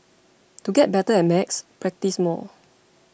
to get better at maths practise more